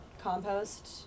compost